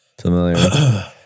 Familiar